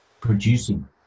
producing